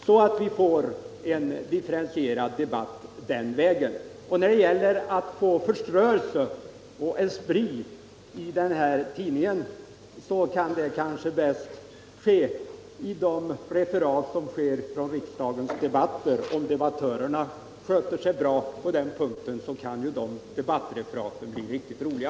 Önskemålen att den föreslagna tidningen skall vara underhållande och präglas av espri kan kanske bäst förverkligas genom tidningens referat av kammarens överläggningar. Om debattörerna motsvarar förväntningarna i dessa avseenden, kan ju referaten bli riktigt roliga.